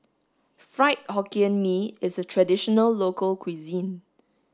fried hokkien mee is a traditional local cuisine